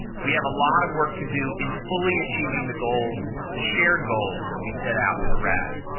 we have a lot of work to do in fully achieving the goals, the shared goals, that we set out for rad.